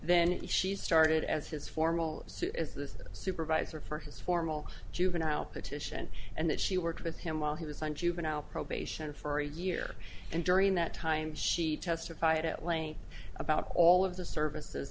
then she started as his formal suit as the supervisor for his formal juvenile petition and that she worked with him while he was on juvenile probation for a year and during that time she testified at length about all of the services